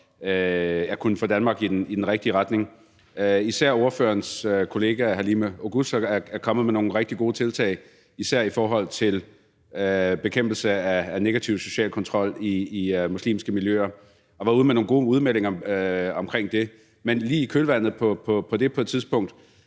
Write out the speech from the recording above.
at kunne få Danmark i den rigtige retning. Især ordførerens kollega, Halime Oguz, er kommet med nogle rigtig gode tiltag, især i forhold til bekæmpelse af negativ social kontrol i muslimske miljøer og var ude med nogle gode udmeldinger omkring det. Men lige i kølvandet på det kom